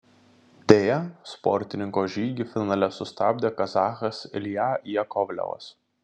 deja sportininko žygį finale sustabdė kazachas ilja jakovlevas